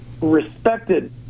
respected